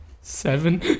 Seven